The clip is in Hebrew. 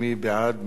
ומי נמנע?